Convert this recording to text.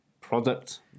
product